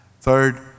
Third